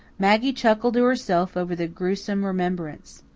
maggie chuckled to herself over the gruesome remembrance.